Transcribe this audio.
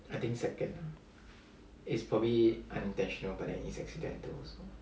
I think second is probably unintentional but that is accidental